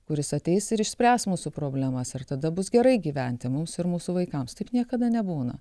kuris ateis ir išspręs mūsų problemas ir tada bus gerai gyventi mums ir mūsų vaikams taip niekada nebūna